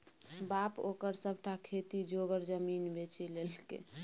बाप ओकर सभटा खेती जोगर जमीन बेचि लेलकै